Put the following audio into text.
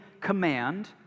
command